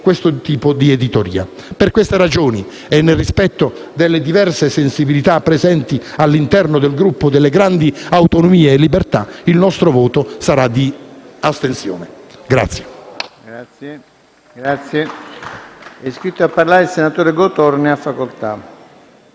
questo tipo di editoria. Per queste ragioni, e nel rispetto delle diverse sensibilità presenti all'interno del Gruppo delle Grandi Autonomie e Libertà, il nostro voto sarà di astensione.